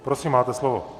Prosím, máte slovo.